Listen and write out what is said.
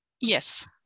Yes